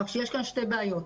יש כאן שתי בעיות,